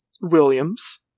Williams